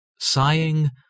sighing